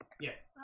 Yes